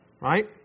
Right